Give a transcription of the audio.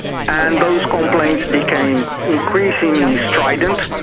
and those complaints became increasingly strident,